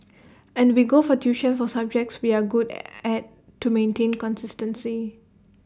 and we go for tuition for subjects we are good at to maintain consistency